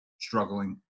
struggling